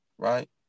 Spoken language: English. right